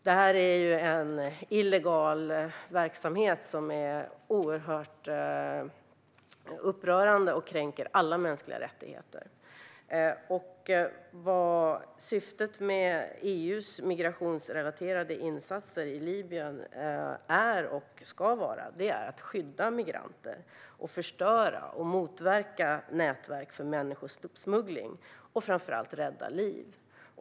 Detta är en illegal verksamhet som är oerhört upprörande och kränker alla mänskliga rättigheter. Syftet med EU:s migrationsrelaterade insatser i Libyen är, och ska vara, att skydda migranter, förstöra och motverka nätverk för människosmuggling och framför allt att rädda liv.